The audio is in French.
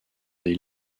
des